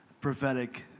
prophetic